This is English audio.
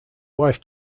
wife